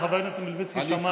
חבר הכנסת מלביצקי, שמעתי.